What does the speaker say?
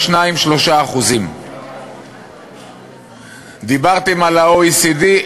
ב-2% 3%. דיברתם על ה-OECD,